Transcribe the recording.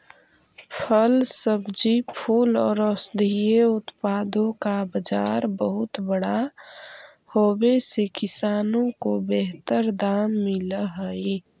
फल, सब्जी, फूल और औषधीय उत्पादों का बाजार बहुत बड़ा होवे से किसानों को बेहतर दाम मिल हई